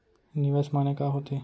निवेश माने का होथे?